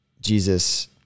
Jesus